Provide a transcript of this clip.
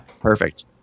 Perfect